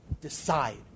Decide